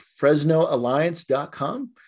FresnoAlliance.com